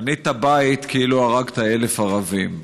בנית בית, כאילו הרגת 1,000 ערבים.